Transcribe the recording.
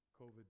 COVID